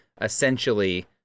essentially